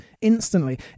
instantly